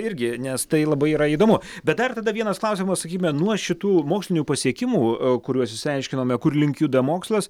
irgi nes tai labai yra įdomu bet dar tada vienas klausimas sakykime nuo šitų mokslinių pasiekimų kuriuos išsiaiškinome kur link juda mokslas